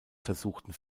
versuchten